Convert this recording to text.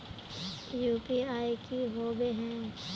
UPI की होबे है?